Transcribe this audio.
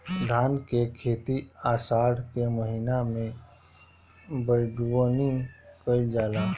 धान के खेती आषाढ़ के महीना में बइठुअनी कइल जाला?